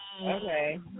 Okay